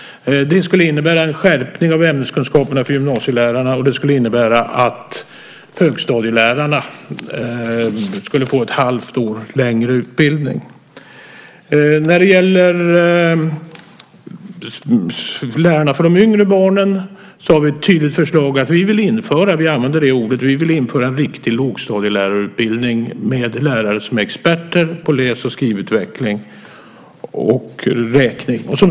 Det skulle innebära en skärpning av ämneskunskaperna för gymnasielärarna. Det skulle också innebära att högstadielärarna fick ett halvt års längre utbildning. När det gäller lärarna för de yngre barnen har vi ett tydligt förslag. Vi vill införa - vi använder det ordet - en riktig lågstadielärarutbildning med lärare som är experter på läs och skrivutveckling samt räkning.